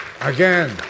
Again